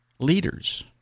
Leaders